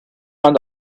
and